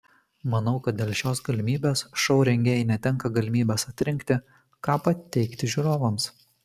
manau kad dėl šios galimybės šou rengėjai netenka galimybės atrinkti ką pateikti žiūrovams